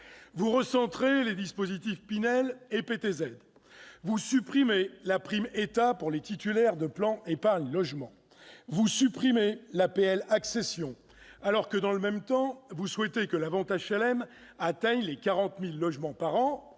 Vous recentrez le dispositif Pinel et celui du PTZ. Vous supprimez la prime d'État pour les titulaires d'un plan d'épargne logement. Vous supprimez l'APL-accession, alors que, dans le même temps, vous souhaitez voir la vente d'HLM atteindre 40 000 logements par an-